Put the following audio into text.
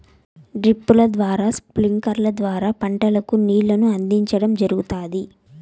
డ్రిప్పుల ద్వారా స్ప్రింక్లర్ల ద్వారా పంటలకు నీళ్ళను అందించడం జరుగుతాది